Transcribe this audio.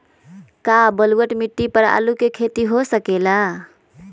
का बलूअट मिट्टी पर आलू के खेती हो सकेला?